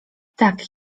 tak